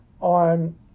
on